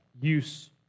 use